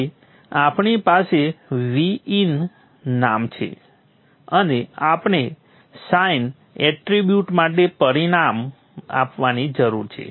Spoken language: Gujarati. તેથી આપણી પાસે Vin નામ છે અને આપણે સાઇન એટ્રિબ્યુટ માટે પરિમાણ આપવાની જરૂર છે